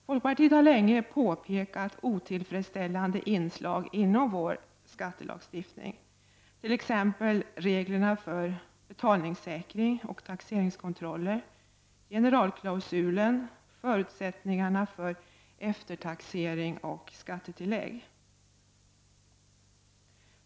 Folkpartiet har länge påpekat otillfredsställande inslag inom vår skattelagstiftning, t.ex. reglerna för betalningssäkring och taxeringskontroller, generalklausulen, förutsättningarna för eftertaxering och skattetillägg.